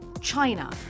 China